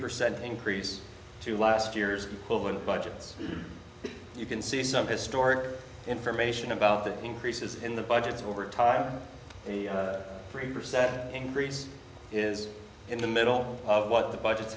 percent increase to last year's budgets you can see some historic information about the increases in the budgets over time the three percent increase is in the middle of what the budgets